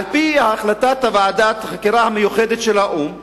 על-פי החלטת ועדת החקירה המיוחדת של האו"ם,